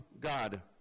God